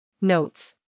Notes